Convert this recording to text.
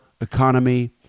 economy